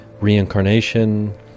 Reincarnation